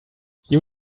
you